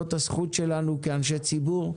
זאת הזכות שלנו כאנשי ציבור.